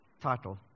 title